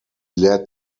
led